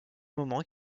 moment